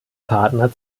partner